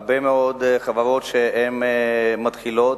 הרבה מאוד חברות מתחילות,